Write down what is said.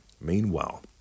Meanwhile